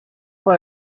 por